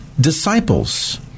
disciples